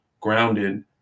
grounded